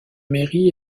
mairie